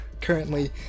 currently